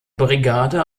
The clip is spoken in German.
brigade